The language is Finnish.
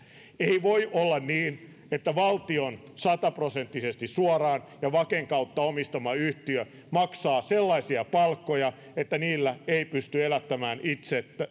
ei voi olla niin että valtion sataprosenttisesti suoraan ja vaken kautta omistama yhtiö maksaa sellaisia palkkoja että niillä ei pysty elättämään